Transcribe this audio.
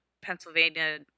Pennsylvania